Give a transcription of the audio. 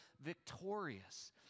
victorious